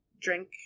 drink